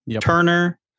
Turner